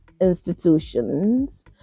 institutions